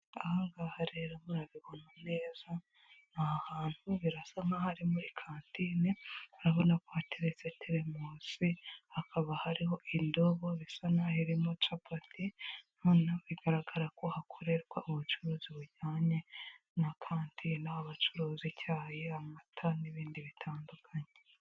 Aha ngaha rero murabibona neza, ni ahantu birasa nkaho ari muri kantine, urabona ko hateretse telemusi, hakaba hariho indobo bisa naho irimo capati, noneho bigaragara ko hakorerwa ubucuruzi bujyanye na kantine. Aho bacuruza icyayi, amata n'ibindi bitandukanye.